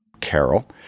Carol